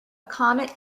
comet